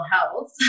health